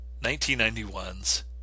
1991's